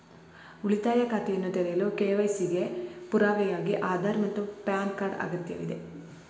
ಉಳಿತಾಯ ಖಾತೆಯನ್ನು ತೆರೆಯಲು ಕೆ.ವೈ.ಸಿ ಗೆ ಪುರಾವೆಯಾಗಿ ಆಧಾರ್ ಮತ್ತು ಪ್ಯಾನ್ ಕಾರ್ಡ್ ಅಗತ್ಯವಿದೆ